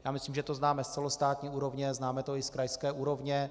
Já myslím, že to známe z celostátní úrovně, známe to i z krajské úrovně.